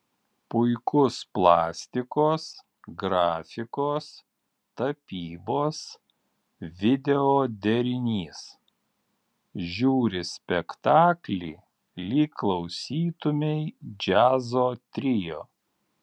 puikus plastikos grafikos tapybos video derinys žiūri spektaklį lyg klausytumei džiazo trio